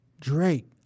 Drake